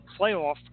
playoff